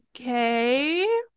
Okay